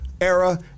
era